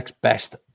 best